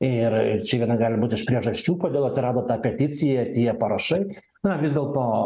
ir ir čia viena gali būt priežasčių kodėl atsirado ta peticija tie parašai na vis dėlto